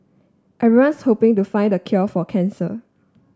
everyone's hoping to find the cure for cancer